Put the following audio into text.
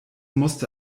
musste